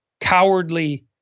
cowardly